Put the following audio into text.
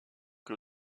que